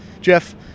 Jeff